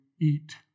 eat